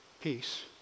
peace